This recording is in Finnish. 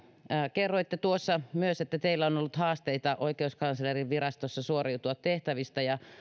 kerroitte tuossa myös että teillä on on ollut haasteita oikeuskanslerinvirastossa suoriutua tehtävistä ja